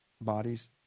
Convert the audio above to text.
bodies